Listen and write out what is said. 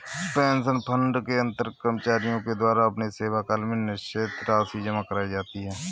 pension fund के अंतर्गत कर्मचारियों के द्वारा अपने सेवाकाल में निश्चित राशि जमा कराई जाती है